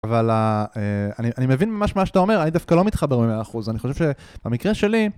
אבל אני מבין ממה שאתה אומר, אני דווקא לא מתחבר ב-100%, אני חושב שבמקרה שלי...